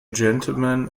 gentleman